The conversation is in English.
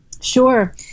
sure